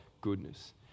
goodness